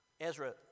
Ezra